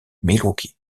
milwaukee